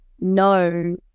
No